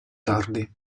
tardi